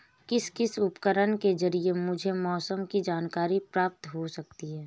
किस किस उपकरण के ज़रिए मुझे मौसम की जानकारी प्राप्त हो सकती है?